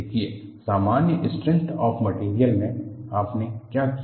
देखिए सामान्य strength of material में आपने क्या किया